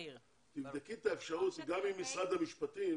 תבדקי את האפשרות גם עם משרד המשפטים,